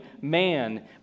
man